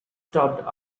stopped